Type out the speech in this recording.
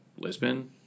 lisbon